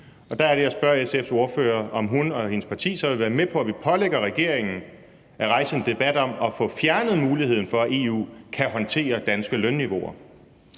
og der er det, jeg spørger SF's ordfører, om hun og hendes parti så vil være med på, at vi pålægger regeringen at rejse en debat om at få fjernet muligheden for, at EU kan håndtere danske lønniveauer.